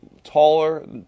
Taller